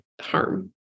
harm